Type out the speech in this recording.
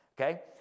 okay